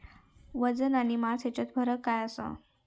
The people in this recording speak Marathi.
वजन आणि मास हेच्यात फरक काय आसा?